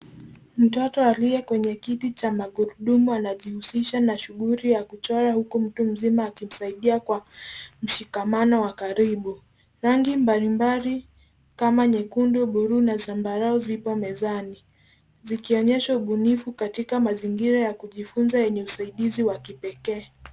Mtoto aliye kwenye kiti cha magurudumu anajihusisha na shuguli ya kuchora huku mtu mzima akimsaidia kwa mshikamano wa karibu. Rangi mbalimbali kama nyekundu, bluu na zambarau zipo mezani zikionyesha ubunifu katika mazingira ya kujifunza yenye usaidizi wa kipekee.